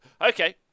Okay